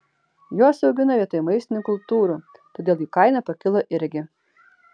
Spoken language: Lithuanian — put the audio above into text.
juos augino vietoj maistinių kultūrų todėl jų kaina pakilo irgi